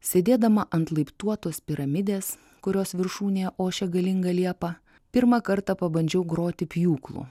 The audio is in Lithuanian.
sėdėdama ant laiptuotos piramidės kurios viršūnėje ošia galinga liepa pirmą kartą pabandžiau groti pjūklu